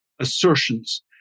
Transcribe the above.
assertions